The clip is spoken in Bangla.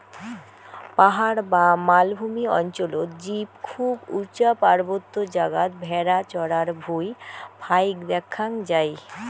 পাহাড় বা মালভূমি অঞ্চলত জীব খুব উচা পার্বত্য জাগাত ভ্যাড়া চরার ভুঁই ফাইক দ্যাখ্যাং যাই